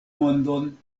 mondon